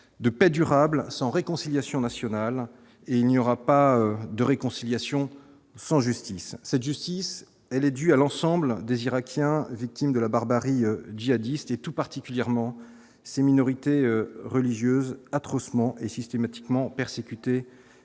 de paix durable sans réconciliation nationale et il n'y aura pas de réconciliation sans justice cette justice elle est due à l'ensemble des Irakiens victimes de la barbarie djihadiste et tout particulièrement ses minorités religieuses atrocement et systématiquement persécuté